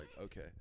okay